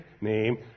name